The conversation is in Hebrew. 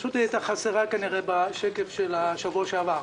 היא הייתה חסרה כנראה בשקף שהוצג בשבוע שעבר.